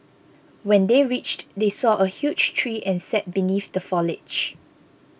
when they reached they saw a huge tree and sat beneath the foliage